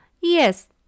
Yes